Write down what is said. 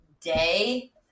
day